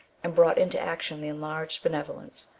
and brought into action the enlarged benevolence,